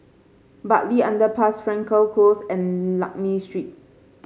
Bartley Underpass Frankel Close and Lakme Street